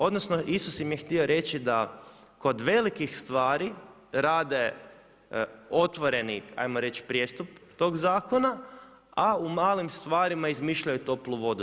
Odnosno Isus im je htio reći da kod velikih stvari rade otvoreni ajmo reći prijestup tog zakona a u malim stvarima izmišljaju toplu vodu.